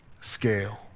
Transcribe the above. scale